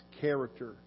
character